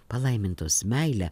palaimintos meile